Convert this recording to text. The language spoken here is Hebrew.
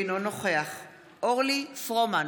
אינו נוכח אורלי פרומן,